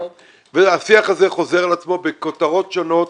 השיח הזה חוזר על עצמו בכותרות שונות,